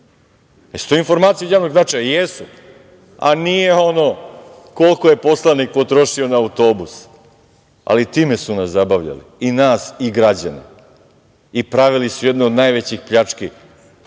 li to informacije od javnog značaja? Jesu, a nije koliko je poslanik potrošio na autobus. Ali time su nas zabavljali, i nas i građane, i pravili su jednu od najvećih pljački